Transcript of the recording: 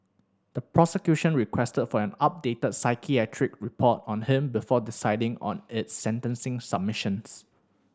the prosecution requested for an updated psychiatric report on him before deciding on its sentencing submissions